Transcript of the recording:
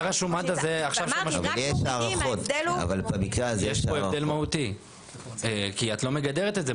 יש כאן הבדל מהותי כי את לא מגדרת את זה.